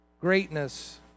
greatness